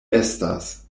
estas